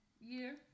year